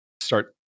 start